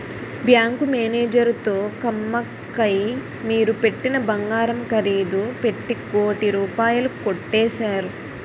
bank మేనేజరుతో కుమ్మక్కై మీరు పెట్టిన బంగారం ఖరీదు పెట్టి కోటి రూపాయలు కొట్టేశారు